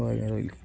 ହଉ ଆଜ୍ଞା ରହିଲି